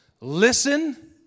Listen